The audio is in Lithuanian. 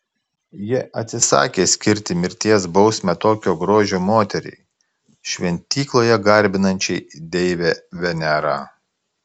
jie atsisakė skirti mirties bausmę tokio grožio moteriai šventykloje garbinančiai deivę venerą